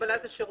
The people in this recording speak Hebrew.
קבלת השירותים.